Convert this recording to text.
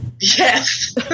Yes